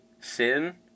Sin